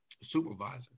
supervisor